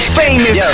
famous